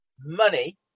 money